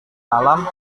malam